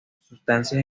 sustancias